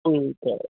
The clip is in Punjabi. ਠੀਕ ਹੈ